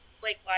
Blake